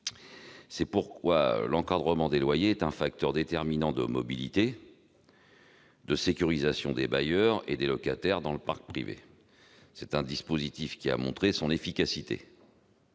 C'est pourquoi l'encadrement des loyers est un facteur déterminant de mobilité et de sécurisation des bailleurs ainsi que des locataires dans le parc privé. C'est un dispositif qui a montré son efficacité